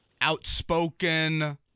outspoken